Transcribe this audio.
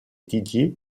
didier